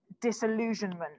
disillusionment